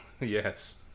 yes